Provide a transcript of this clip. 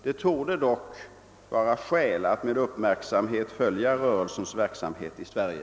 Det torde dock vara skäl att med uppmärksamhet följa rörelsens verksamhet i Sverige.